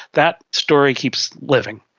that story keeps living.